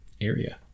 area